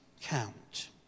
count